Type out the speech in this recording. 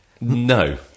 No